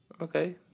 Okay